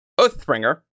Oathbringer